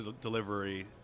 delivery